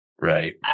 Right